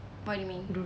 what do you mean